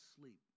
sleep